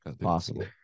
Possible